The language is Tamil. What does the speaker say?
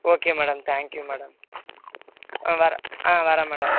okay madam thank you madam ஆ வர ஆ வரேன் மேடம்